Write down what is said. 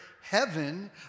heaven